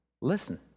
Listen